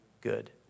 good